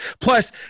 Plus